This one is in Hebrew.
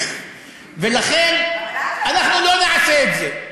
אנחנו לא נעשה את זה.